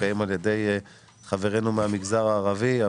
מובקעים על ידי חברינו מהמגזר הערבי,